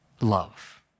love